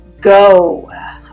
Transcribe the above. go